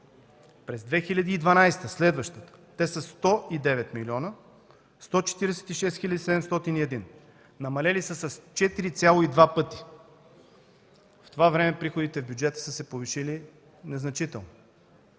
През 2012-а, следващата, те са 109 млн. 146 хил. 701. Намалели са 4,2 пъти! В това време приходите в бюджета са се повишили незначително.